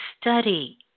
study